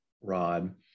rod